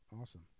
Awesome